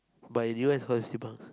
but in U_S cause it's cheaper